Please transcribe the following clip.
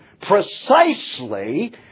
precisely